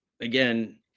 Again